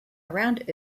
around